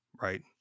right